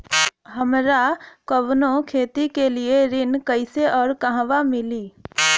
हमरा कवनो खेती के लिये ऋण कइसे अउर कहवा मिली?